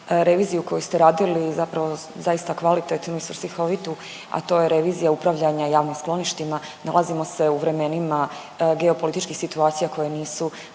reviziju koju ste radili zapravo zaista kvalitetnu i svrsihovitu, a to je revizija upravljanja javnim skloništima. Nalazimo se u vremenima geopolitičkih situacija koje nisu